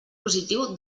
positiu